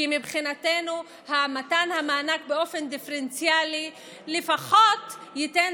כי מבחינתנו מתן המענק באופן דיפרנציאלי לפחות ייתן